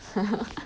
ha ha ha